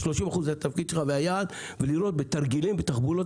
ה-30% זה התפקיד שלך והיעד ולראות בתרגילים "בתחבולות